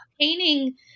painting